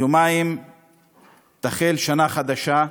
יומיים תחל שנה חדשה,